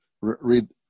read